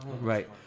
right